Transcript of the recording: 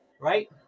right